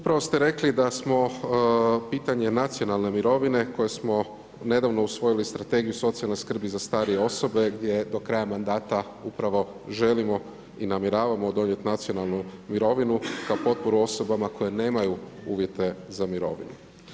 Upravo ste rekli da smo pitanje nacionalne mirovine koje smo nedavno usvojili Strategiju socijalne skrbi za starije osobe gdje je do kraja mandata upravo želimo i namjeravamo donijet nacionalnu mirovinu kao potporu osobama koje nemaju uvjete za mirovinu.